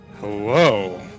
Hello